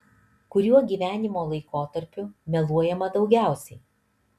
kuriuo gyvenimo laikotarpiu meluojama daugiausiai